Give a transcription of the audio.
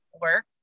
work